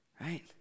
Right